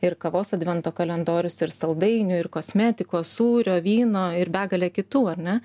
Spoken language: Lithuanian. ir kavos advento kalendorius ir saldainių ir kosmetikos sūrio vyno ir begalė kitų ar ne